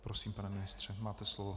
Prosím, pane ministře, máte slovo.